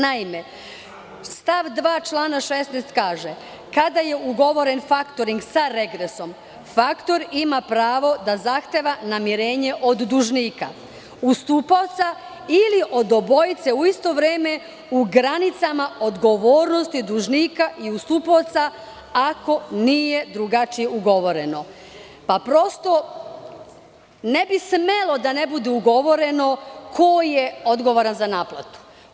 Naime, stav 2. člana 16. kaže: "kada je ugovoren faktoring sa regresom, faktoring ima pravo da zahteva namirenje od dužnika, ustupaoca ili od obojice u isto vreme u granicama odgovornosti dužnika i ustupaoca ako nije drugačije ugovoreno." Prosto, ne bi smelo da ne bude ugovoreno ko je odgovoran za naplatu.